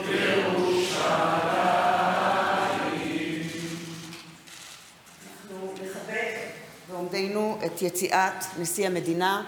(שירת התקווה) אנחנו נכבד בקימה את יציאת נשיא המדינה.